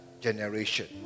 generation